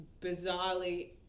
bizarrely